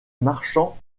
marchand